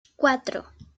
cuatro